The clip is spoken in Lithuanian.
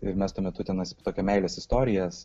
ir mes tuo metu tokias meilės istorijas